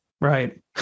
Right